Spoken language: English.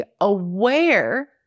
aware